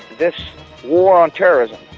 this war on terrorism,